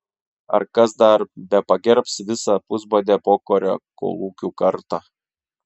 ar kas dar bepagerbs visą pusbadę pokario kolūkių kartą